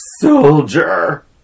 soldier